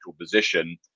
position